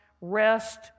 rest